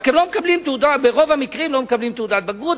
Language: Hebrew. רק ברוב המקרים לא מקבלים תעודת בגרות,